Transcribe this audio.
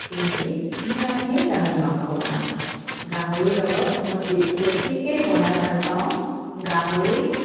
কাটি মেলি ধুনীয়াকৈ গাহৰি মাংস বনাওঁ গাহৰি লগত মই বে বেছিকৈ বনাই ভাল পাওঁ গাহৰি